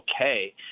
okay